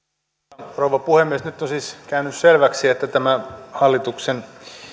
arvoisa rouva puhemies nyt on siis käynyt selväksi että tämä hallituksen